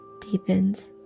deepens